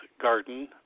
Garden